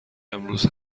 امروز